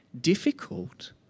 difficult